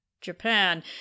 japan